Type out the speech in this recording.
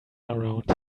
around